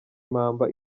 impamba